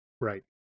Right